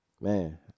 Man